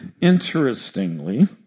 Interestingly